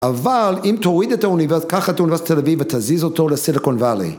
אבל אם תוריד את האוניברסיטה קח את האוניברסיטת תל אביב ותזיז אותו לסילקון ואלי